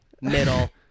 middle